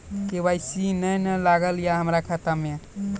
KYC ने न लागल या हमरा खाता मैं?